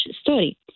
story